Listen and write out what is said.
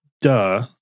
duh